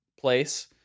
place